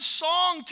song